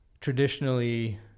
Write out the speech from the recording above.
Traditionally